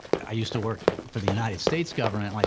i used to work for the united states government, like,